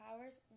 powers